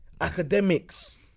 Academics